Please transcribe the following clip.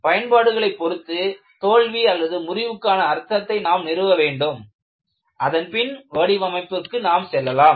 பயன்பாடுகளைப் பொறுத்து தோல்விமுறிவுக்கான அர்த்தத்தை நாம் நிறுவ வேண்டும் அதன்பின் வடிவமைப்புக்கு நாம் செல்ல வேண்டும்